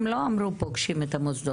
הם לא אמרו שהם פוגשים את המוסדות,